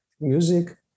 music